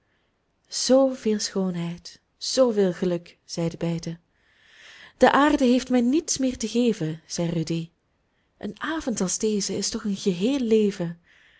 zooveel schoonheid zooveel geluk zeiden beiden de aarde heeft mij niets meer te geven zei rudy een avond als deze is toch een geheel leven